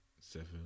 seven